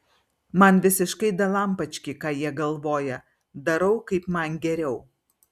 man visiškai dalampački ką jie galvoja darau kaip man geriau